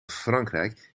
frankrijk